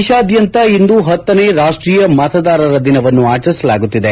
ದೇಶಾದ್ಯಂತ ಇಂದು ಪತ್ನನೇ ರಾಷ್ಟೀಯ ಮತದಾರರ ದಿನವನ್ನು ಆಚರಿಸಲಾಗುತ್ತಿದೆ